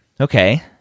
Okay